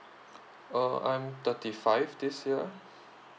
oh I'm thirty five this year